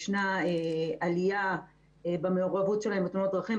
יש עלייה במעורבות שלהם בתאונות דרכים,